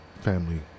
family